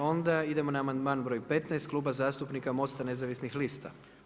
Onda idemo na amandman broj 15, Kluba zastupnika Mosta nezavisnih lista.